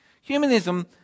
Humanism